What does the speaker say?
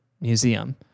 Museum